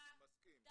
חד משמעי, מסכים.